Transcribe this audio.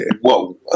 Whoa